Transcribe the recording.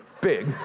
big